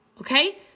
Okay